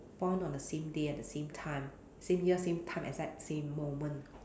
born on the same day at the same time same year same time exact same moment